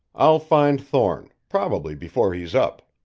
i'll find thorne probably before he's up.